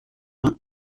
vingt